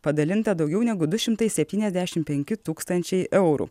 padalinta daugiau negu du šimtai septyniasdešim penki tūkstančiai eurų